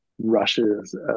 rushes